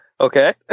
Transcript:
Okay